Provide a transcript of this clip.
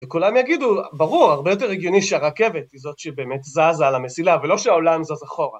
וכולם יגידו, ברור, הרבה יותר הגיוני שהרכבת היא זאת שבאמת זזה על המסילה ולא שהעולם זז אחורה.